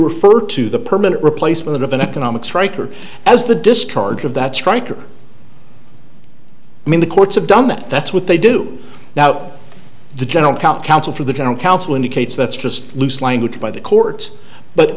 refer to the permanent replacement of an economics writer as the discharge of that stryker i mean the courts have done that that's what they do now the general for the town council indicates that's just loose language by the courts but